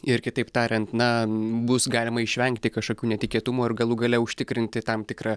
ir kitaip tariant na bus galima išvengti kažkokių netikėtumų ir galų gale užtikrinti tam tikrą